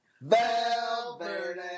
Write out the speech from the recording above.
Valverde